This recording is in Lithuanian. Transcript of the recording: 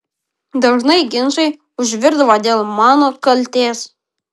dažnai ginčai užvirdavo dėl mano kaltės